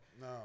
No